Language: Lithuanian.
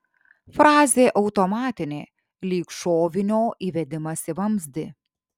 frazė automatinė lyg šovinio įvedimas į vamzdį